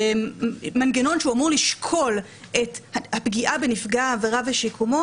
מנגנון שהוא אמור לשקול את הפגיעה בנפגע העבירה ושיקומו,